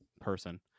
person